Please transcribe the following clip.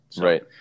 Right